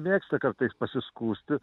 mėgsta kartais pasiskųsti